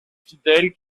fidèles